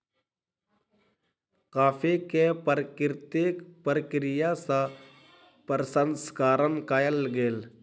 coffee के प्राकृतिक प्रक्रिया सँ प्रसंस्करण कयल गेल